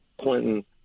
Clinton